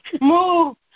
Move